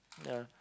ya